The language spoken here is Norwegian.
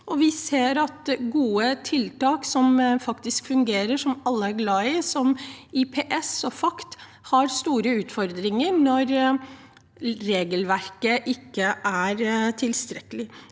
Vi ser at gode tiltak som faktisk fungerer, som alle er glad i, som IPS og FACT, har store utfordringer når regelverket ikke er tilstrekkelig.